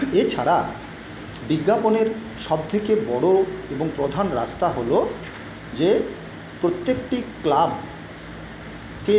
এছাড়া বিজ্ঞাপনের সব থেকে বড়ো এবং প্রধান রাস্তা হল যে প্রত্যেকটি ক্লাবকে